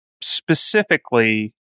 specifically